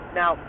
now